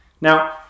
Now